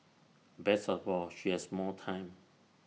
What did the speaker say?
best of all she has more time